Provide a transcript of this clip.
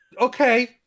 Okay